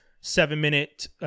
seven-minute